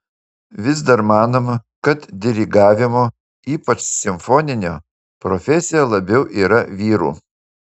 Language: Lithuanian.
vis dar manoma kad dirigavimo ypač simfoninio profesija labiau yra vyrų